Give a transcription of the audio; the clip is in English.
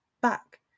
back